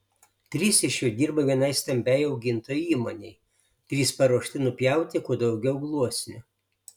trys iš jų dirba vienai stambiai augintojų įmonei trys paruošti nupjauti kuo daugiau gluosnių